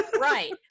right